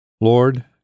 Lord